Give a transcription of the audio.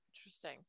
Interesting